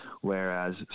whereas